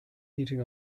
heating